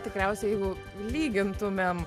tikriausiai jeigu lygintumėm